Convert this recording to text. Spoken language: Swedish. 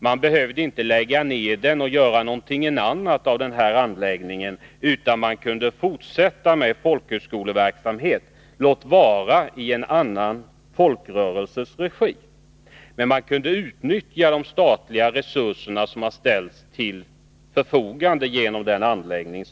Man behövde alltså inte lägga ned den och göra någonting annat av anläggningen, utan man kunde fortsätta med folkhögskoleverksamhet — låt vara i en annan folkrörelses regi. Man kunde då utnyttja de statliga resurser som tidigare ställts till förfogande för denna skolanläggning.